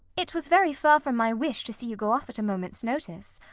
it was very far from my wish to see you go off at a moment's notice.